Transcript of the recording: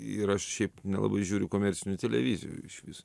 ir aš šiaip nelabai žiūriu komercinių televizijų išvis